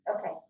Okay